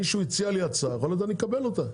מישהו הציע לי הצעה, שיכול להיות שאני אקבל אותה,